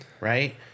right